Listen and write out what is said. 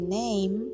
name